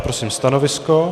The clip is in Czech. Prosím stanovisko?